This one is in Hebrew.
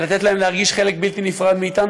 לתת להם להרגיש חלק בלתי נפרד מאתנו,